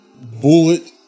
bullet